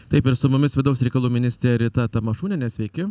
taip ir su mumis vidaus reikalų ministrė rita tamašūnienė sveiki